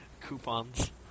Coupons